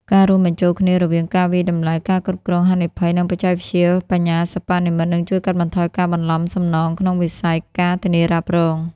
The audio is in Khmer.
ការរួមបញ្ចូលគ្នារវាងការវាយតម្លៃ ការគ្រប់គ្រងហានិភ័យ និងបច្ចេកវិទ្យាបញ្ញាសិប្បនិម្មិត នឹងជួយកាត់បន្ថយការបន្លំសំណងក្នុងវិស័យ ការធានារ៉ាប់រង។